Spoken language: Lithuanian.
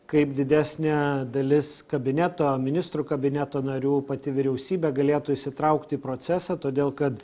kaip didesnė dalis kabineto ministrų kabineto narių pati vyriausybė galėtų įsitraukt į procesą todėl kad